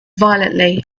violently